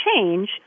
change